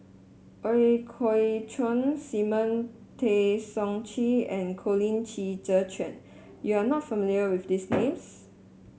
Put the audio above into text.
Ooi Kok Chuen Simon Tay Seong Chee and Colin Qi Zhe Quan You are not familiar with these names